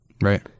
Right